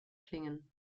klingen